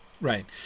right